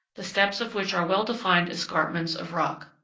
the steps of which are well-defined escarpments of rock.